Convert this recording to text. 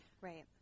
Right